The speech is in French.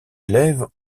élève